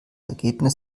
ergebnis